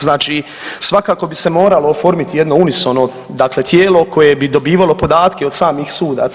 Znači svakako bi se moralo oformiti jedno unisono dakle tijelo koje bi dobivalo podatke od samih sudaca.